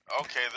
okay